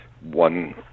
one